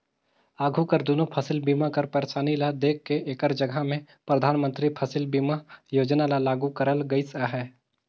आघु कर दुनो फसिल बीमा कर पइरसानी ल देख के एकर जगहा में परधानमंतरी फसिल बीमा योजना ल लागू करल गइस अहे